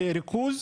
וריכוז,